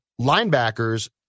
linebackers